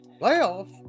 Playoffs